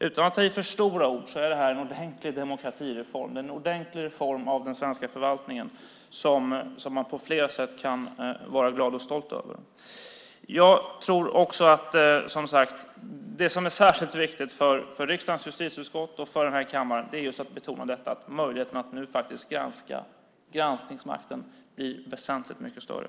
Utan att ta i med för stora ord är det här en ordentlig demokratireform, en ordentlig reform av den svenska förvaltningen som man i flera avseenden kan vara glad och stolt över. Det som är särskilt viktigt att betona för riksdagens justitieutskott och kammaren är att granskningsmakten nu blir väsentligt mycket större.